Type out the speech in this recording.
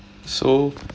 so